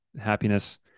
happiness